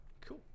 Cool